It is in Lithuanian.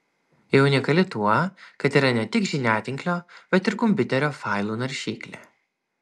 ji unikali tuo kad yra ne tik žiniatinklio bet ir kompiuterio failų naršyklė